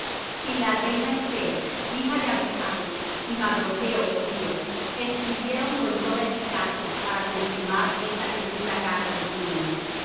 y la reina esther hija de abihail y mardocho judío escribieron con toda eficacia para confirmar esta segunda carta de purim